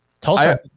Tulsa